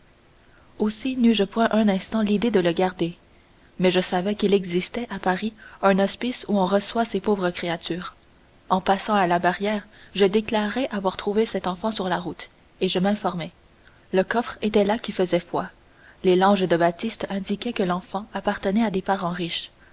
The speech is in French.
aussi neus je point un instant l'idée de le garder mais je savais qu'il existait à paris un hospice où on reçoit ces pauvres créatures en passant à la barrière je déclarai avoir trouvé cet enfant sur la route et je m'informai le coffre était là qui faisait foi les langes de batiste indiquaient que l'enfant appartenait à des parents riches